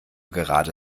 gerade